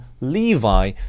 Levi